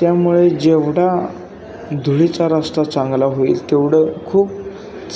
त्यामुळे जेवढा धुळीचा रस्ता चांगला होईल तेवढं खूप